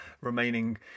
remaining